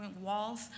walls